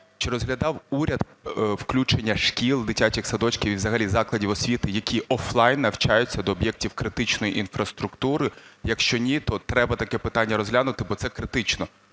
Чи розглядав уряд включення шкіл, дитячих садочків і взагалі закладів освіти, які офлайн навчаються, до об'єктів критичної інфраструктури? Якщо ні, то треба таке питання розглянути, бо це критично.